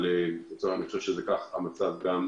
ולדעתי כך המצב גם בשווייץ.